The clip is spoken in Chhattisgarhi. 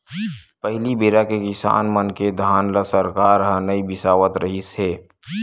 पहली बेरा के किसान मन के धान ल सरकार ह नइ बिसावत रिहिस हे